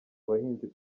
abahinzi